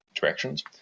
directions